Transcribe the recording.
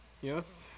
yes